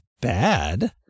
bad